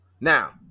Now